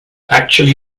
actually